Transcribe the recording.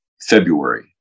February